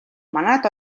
манайд